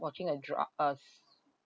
watching like interrupt us